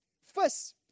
First